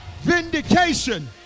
Vindication